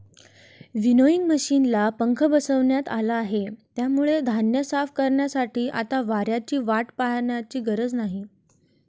winnowing मशिनला पंखा बसवण्यात आला आहे, त्यामुळे धान्य साफ करण्यासाठी आता वाऱ्याची वाट पाहण्याची गरज नाही